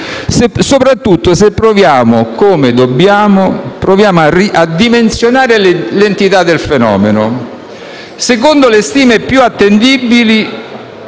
soprattutto se proviamo a dimensionare l'entità del fenomeno. Secondo le stime più attendibili,